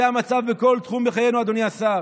זה המצב בכל תחום בחיינו, אדוני השר,